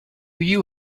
you